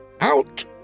out